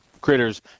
critters